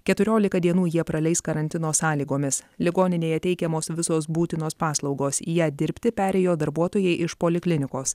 keturiolika dienų jie praleis karantino sąlygomis ligoninėje teikiamos visos būtinos paslaugos į ją dirbti perėjo darbuotojai iš poliklinikos